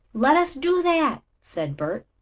let us do that, said bert.